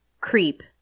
creep